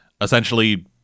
essentially